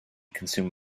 consumed